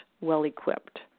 well-equipped